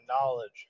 knowledge